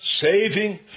saving